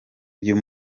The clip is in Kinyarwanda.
uyu